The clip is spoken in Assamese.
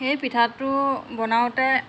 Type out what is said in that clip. সেই পিঠাটো বনাওঁতে